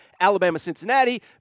Alabama-Cincinnati